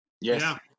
Yes